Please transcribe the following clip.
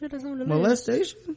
Molestation